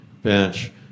bench